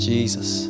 Jesus